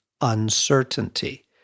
uncertainty